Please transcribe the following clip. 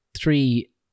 three